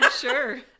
sure